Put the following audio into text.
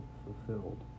fulfilled